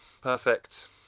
Perfect